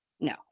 No